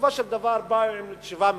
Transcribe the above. בסופו של דבר באו עם תשובה מנומקת,